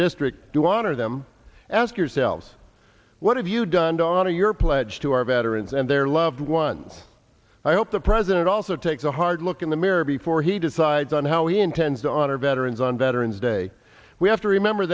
district to honor them ask yourselves what have you done daughter your pledge to our veterans and their loved ones i hope the president also takes a hard look in the mirror before he decides on how he intends to honor veterans on veterans day we have to remember